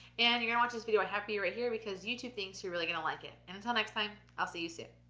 and you gonna watch this video i have for you right here, because youtube thinks you're really gonna like it. and until next time i'll see you soon.